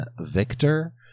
victor